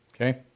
Okay